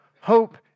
hope